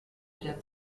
der